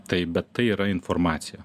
taip bet tai yra informacija